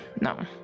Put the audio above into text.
No